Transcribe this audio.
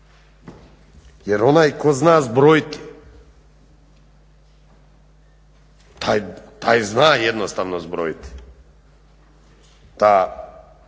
Jer onaj tko zna zbrojiti taj zna jednostavno zbrojiti da